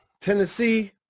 Tennessee